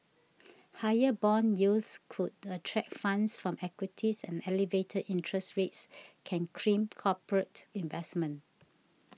higher bond yields could attract funds from equities and elevated interest rates can crimp corporate investment